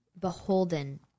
beholden